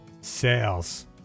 sales